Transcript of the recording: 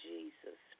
Jesus